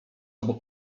obok